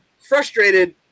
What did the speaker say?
frustrated